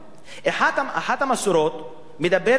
אחת המסורות מדברת על אשה